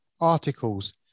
articles